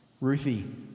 Ruthie